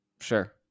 Sure